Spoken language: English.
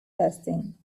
testing